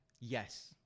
Yes